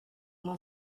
mon